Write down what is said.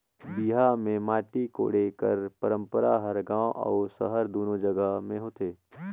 बिहा मे माटी कोड़े कर पंरपरा हर गाँव अउ सहर दूनो जगहा मे होथे